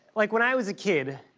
like when i was a kid,